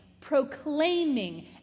proclaiming